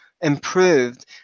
improved